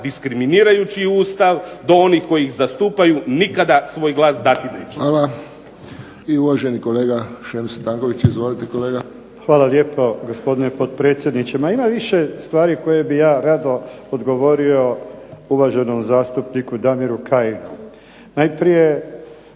diskriminirajući Ustav do onih koji ih zastupaju nikada svoj glas neću dati. **Friščić, Josip (HSS)** Hvala. I uvaženi kolega Šemso Tanković. Izvolite kolega. **Tanković, Šemso (SDAH)** Hvala lijepo gospodine potpredsjedniče. Ma ima više stvari koje bi ja rado odgovorio uvaženom zastupniku Damiru Kajinu. Najprije